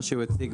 מה שהוא הציג,